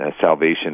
salvation